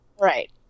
Right